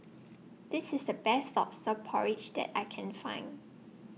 This IS The Best Lobster Porridge that I Can Find